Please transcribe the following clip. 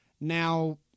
Now